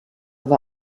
war